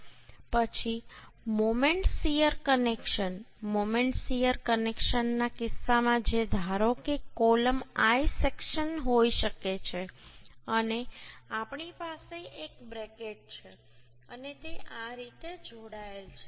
પછી moment shear connection moment shear કનેક્શનના કિસ્સામાં જે ધારો કે કોલમ I સેક્શન હોઈ શકે છે અને આપણી પાસે એક બ્રેકેટ છે અને તે આ રીતે જોડાયેલ છે